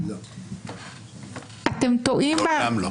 אני רוצה את זה,